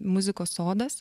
muzikos sodas